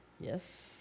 yes